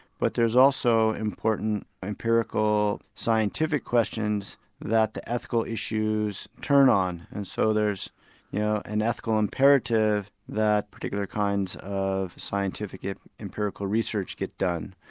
but there's also important empirical scientific questions that the ethical issues turn on. and so there's yeah an ethical imperative that particular kinds of scientific empirical research get done,